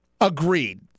agreed